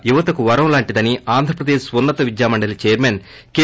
యువతకు వరం లాంటిదని ఆంధ్రప్రదేశ్ ఉన్నత విద్యామండలి చైర్మన్ కె